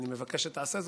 ואני מבקש שתעשה זאת,